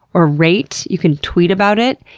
or rate. you can tweet about it.